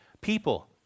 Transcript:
people